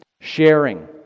sharing